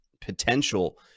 potential